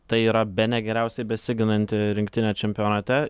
tai yra bene geriausiai besiginanti rinktinė čempionate